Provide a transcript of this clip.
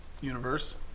universe